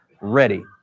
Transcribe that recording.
ready